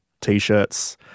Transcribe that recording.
T-shirts